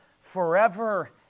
forever